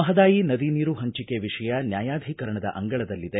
ಮಹದಾಯಿ ನದಿ ನೀರು ಪಂಚಿಕೆ ವಿಷಯ ನ್ವಾಯಾಧಿಕರಣದ ಅಂಗಳದಲ್ಲಿದೆ